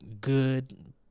good